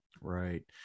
Right